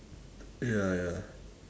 ya ya